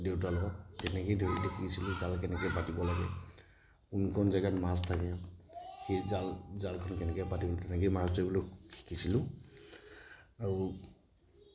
দেউতাৰ লগত তেনেকৈয়ে দেখিছিলোঁ জাল কেনেকৈ পাতিব লাগে কোনকণ জেগাত মাছ থাকে সেই জাল জালখন তেনেকৈয়ে পাতোঁ তেনেকৈয়ে মাছ ধৰিবলৈ শিকিছিলোঁ আৰু